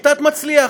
שיטת "מצליח"